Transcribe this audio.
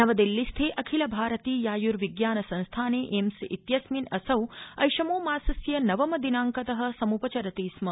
नवदिल्लीस्थे अखिल भारतीयायुर्विज्ञान संस्थाने एम्स इत्यस्मिन् असौ ऐषमो मासस्य नवम दिनांकत समुपचरति स्म